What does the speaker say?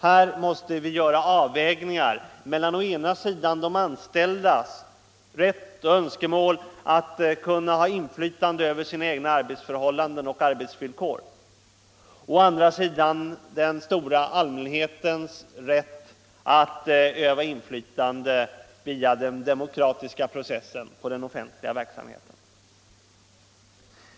Här måste vi göra avvägningar mellan å ena sidan de anställdas rätt och önskemål att ha inflytande över sina egna arbetsförhållanden och arbetsvillkor och å andra sidan den stora allmänhetens rätt att öva inflytande, via den demokratiska processen, på den offentliga verksamheten.